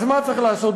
אז מה צריך לעשות?